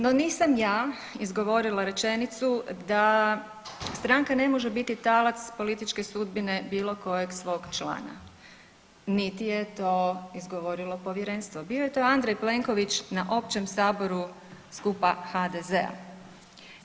No nisam ja izgovorila rečenicu da stranka ne može biti talac političke sudbine bilo kojeg svog člana, niti je to izgovorilo povjerenstvo, bio je to Andrej Plenković na općem saboru skupa HDZ-a.